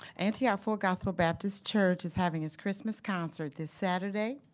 antioch full gospel baptist church is having its christmas concert this saturday,